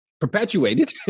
perpetuated